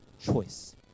Choice